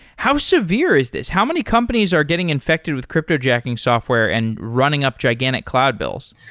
how severe is this? how many companies are getting infected with cryptojacking software and running up gigantic cloud bills?